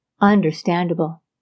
Understandable